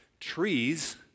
trees